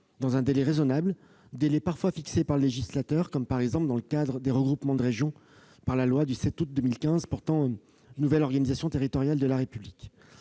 dans un délai raisonnable. Ce délai est parfois fixé par le législateur, comme dans le cadre du regroupement des régions, en vertu de la loi du 7 août 2015 portant nouvelle organisation territoriale de la République.